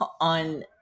on